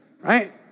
right